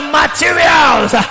materials